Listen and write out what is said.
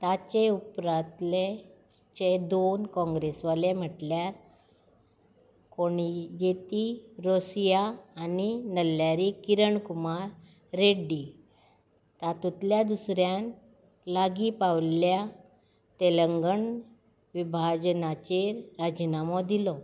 ताचे उपरांतले चे दोन काँग्रेसवाले म्हटल्यार कोणिजेती रोसय्या आनी नल्लारी किरण कुमार रेड्डी तातूंतल्या दुसऱ्यान लागीं पाविल्ल्या तेलंगण विभाजनाचेर राजिनामो दिलो